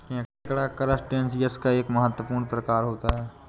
केकड़ा करसटेशिंयस का एक महत्वपूर्ण प्रकार होता है